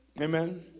Amen